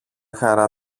χαρά